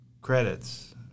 credits